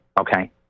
Okay